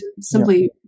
simply